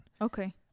Okay